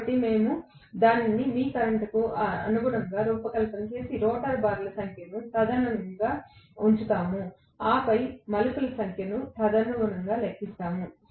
కాబట్టి మేము దానిని మీ కరెంటుకు అనుగుణంగా రూపకల్పన చేసి రోటర్ బార్ల సంఖ్యను తదనుగుణంగా ఉంచుతాము ఆపై మలుపుల సంఖ్యను తదనుగుణంగా లెక్కిస్తాము